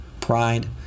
pride